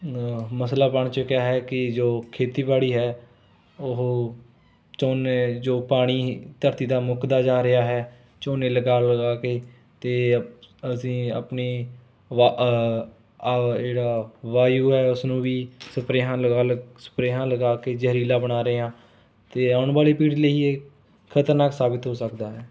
ਮਸਲਾ ਬਣ ਚੁੱਕਿਆ ਹੈ ਕਿ ਜੋ ਖੇਤੀਬਾੜੀ ਹੈ ਉਹ ਝੋਨੇ ਜੋ ਪਾਣੀ ਧਰਤੀ ਦਾ ਮੁੱਕਦਾ ਜਾ ਰਿਹਾ ਹੈ ਝੋਨੇ ਲਗਾ ਲਗਾ ਕੇ ਅਤੇ ਅਸੀਂ ਆਪਣੀ ਵਾ ਜਿਹੜਾ ਵਾਯੂ ਹੈ ਉਸ ਨੂੰ ਵੀ ਸਪਰੇਹਾਂ ਲਗਾ ਲ ਸਪਰੇਹਾਂ ਲਗਾ ਕੇ ਜ਼ਹਿਰੀਲਾ ਬਣਾ ਰਹੇ ਹਾਂ ਅਤੇ ਆਉਣ ਵਾਲੀ ਪੀੜ੍ਹੀ ਲਈ ਇਹ ਖ਼ਤਰਨਾਕ ਸਾਬਤ ਹੋ ਸਕਦਾ ਹੈ